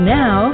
now